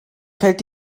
fällt